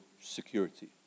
security